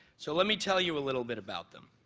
so let me tell you a little bit about them.